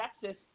Texas